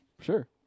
Sure